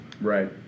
right